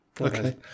Okay